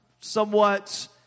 somewhat